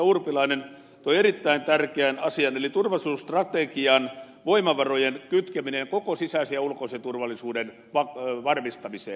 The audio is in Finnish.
urpilainen toi esille erittäin tärkeän asian eli turvallisuusstrategian voimavarojen kytkemisen koko sisäisen ja ulkoisen turvallisuuden varmistamiseen